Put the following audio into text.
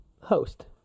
host